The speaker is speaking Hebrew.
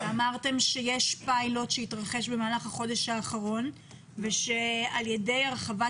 אמרתם שיש פיילוט שהתרחש במהלך החודש האחרון ושעל ידי הרחבת